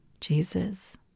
Jesus